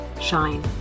Shine